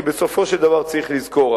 כי בסופו של דבר צריך לזכור,